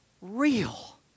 real